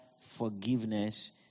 forgiveness